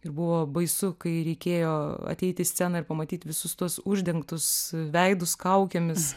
ir buvo baisu kai reikėjo ateit į sceną ir pamatyt visus tuos uždengtus veidus kaukėmis